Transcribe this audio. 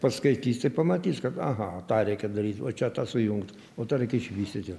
paskaitys tai pamatys kad aha tą reikia daryt va čia tą sujungt o tą reikia išvystyti